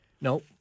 No